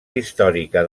històrica